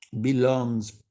belongs